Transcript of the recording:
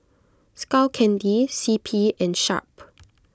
Skull Candy C P and Sharp